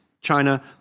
China